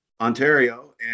Ontario